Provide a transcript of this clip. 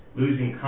losing